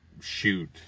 shoot